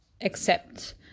accept